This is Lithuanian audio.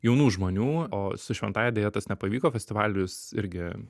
jaunų žmonių o su šventąja deja tas nepavyko festivalis irgi